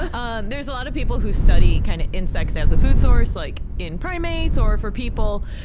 um there's a lot of people who study kind of insects as a food source, like in primates, or for people,